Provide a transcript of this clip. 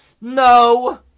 No